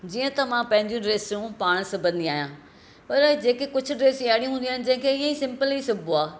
जीअं त मां पंहिंजूं ड्रेसूं पाण सिबंदी आहियां उनमें कुझु ड्रेसूं अहिड़ियूं हूंदियूं आहिनि जेके इएं सिम्पल ई सिबबो आहे